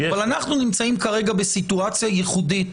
אבל אנחנו נמצאים כרגע בסיטואציה ייחודית